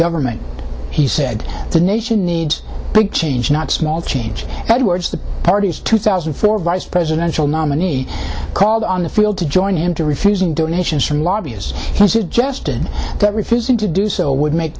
government he said the nation needs big change not small change edwards the party's two thousand and four vice presidential nominee called on the field to join him to refusing donations from lobbyists he suggested that refusing to do so would make